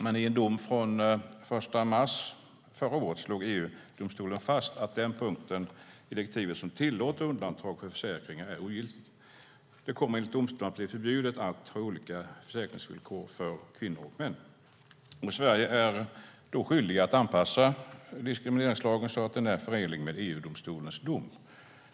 Men i en dom den 1 mars förra året slog EU-domstolen fast att den punkt i direktivet som tillåter undantag för försäkringar är ogiltig. Det kommer enligt domstolen att bli förbjudet att ha olika försäkringsvillkor för kvinnor och män. Sverige är då skyldigt att anpassa diskrimineringslagen så att den är förenlig med EU-domstolens dom.